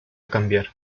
cambiar